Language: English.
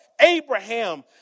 Abraham